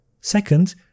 Second